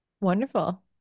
Wonderful